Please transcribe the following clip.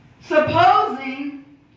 supposing